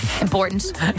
Important